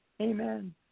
Amen